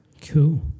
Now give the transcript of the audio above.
cool